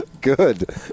good